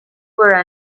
were